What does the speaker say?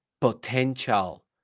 potential